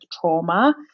trauma